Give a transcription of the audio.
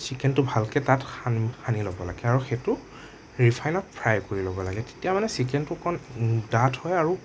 ছিকেনটো ভালকে তাত সানি সানি ল'ব লাগে আৰু সেইটো ৰিফাইনত ফ্ৰাই কৰি ল'ব লাগে তেতিয়া মানে ছিকেনটো অকণ ডাঠ হয় আৰু